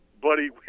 buddy